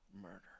murder